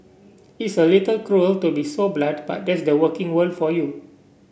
it's a little cruel to be so blunt but that's the working world for you